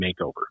Makeover